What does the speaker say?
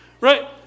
Right